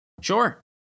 Sure